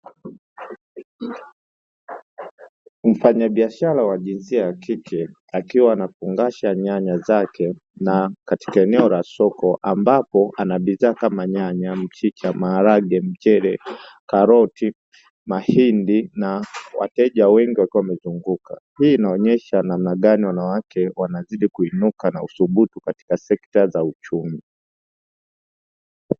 Mfanyabiashara wa jinsia ya kike akiwa anafungasha nyanya zake na katika eneo la soko ambapo ana bidhaa kama nyanya, mchicha, maharage, mchele, karoti, mahindi na Kumbuka hii inaonyesha namna gani wanawake wanazidi kuinuka na uthubutu katika sekta za uchumi.